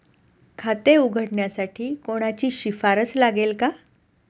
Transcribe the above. खाते उघडण्यासाठी कोणाची शिफारस लागेल का?